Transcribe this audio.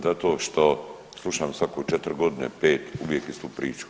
Zato što slušam svako 4 godine, 5 uvijek istu priču.